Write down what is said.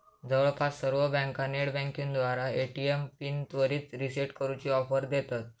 जवळपास सर्व बँका नेटबँकिंगद्वारा ए.टी.एम पिन त्वरित रीसेट करूची ऑफर देतत